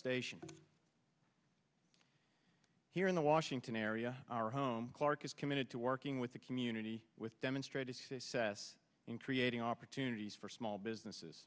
stations here in the washington area our home clarke is committed to working with the community with demonstrated c s s in creating opportunities for small businesses